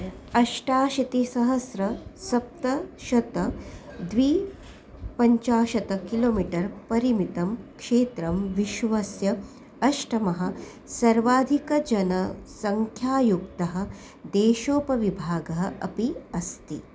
अष्टाशीतिसहस्रसप्तशत द्विपञ्चाशत् kilometre परिमितं क्षेत्रं विश्वस्य अष्टमः सर्वाधिकजनसङ्ख्यायुक्तः देशोपविभागः अपि अस्ति